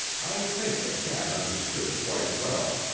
i think the cat understood quite well.